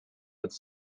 this